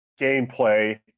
gameplay